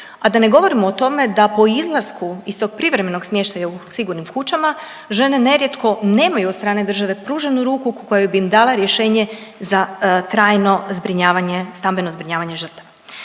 a da ne govorimo o tome da po izlasku iz tog privremenog smještaja u sigurnim kućama žene nerijetko nemaju od strane države pruženu ruku koje bi im dale rješenje za trajno zbrinjavanje, stambeno zbrinjavanje žrtava.